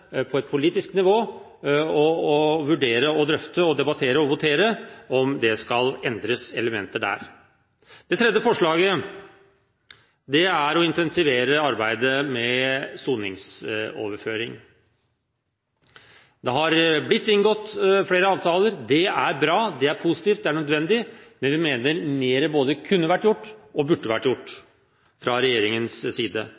på et politisk nivå og vurdere, drøfte og debattere det og votere over om elementer der skal endres. Det tredje forslaget gjelder å intensivere arbeidet med soningsoverføring. Det har blitt inngått flere avtaler. Det er bra. Det er positivt. Det er nødvendig. Men vi mener mer kunne vært gjort og burde vært gjort fra regjeringens side.